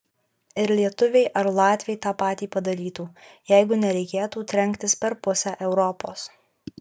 ir lietuviai ar latviai tą patį padarytų jeigu nereikėtų trenktis per pusę europos